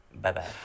bye-bye